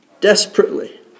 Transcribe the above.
desperately